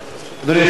אדוני היושב-ראש,